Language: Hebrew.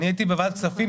אני הייתי בוועדת כספים.